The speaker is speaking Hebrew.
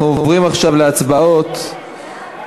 אנחנו עוברים עכשיו להצבעות נפרדות,